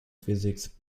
physics